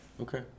Okay